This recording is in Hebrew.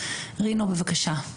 רינו בבקשה.